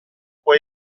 può